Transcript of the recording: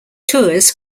tours